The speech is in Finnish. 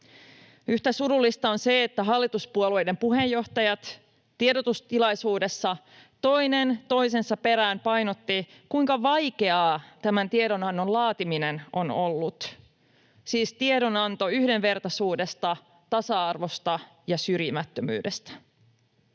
Yhtä surullista on se, että hallituspuolueiden puheenjohtajat tiedotustilaisuudessa toinen toisensa perään painottivat, kuinka vaikeaa tämän tiedonannon laatiminen on ollut — siis tiedonannon yhdenvertaisuudesta, tasa-arvosta ja syrjimättömyydestä.